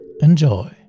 Enjoy